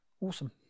Awesome